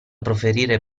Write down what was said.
proferire